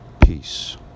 peace